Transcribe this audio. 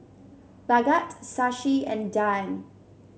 Bhagat Shashi and Dhyan